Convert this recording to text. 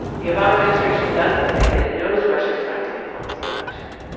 the obama administration doesn't say that it knows russia's trying to influence the election.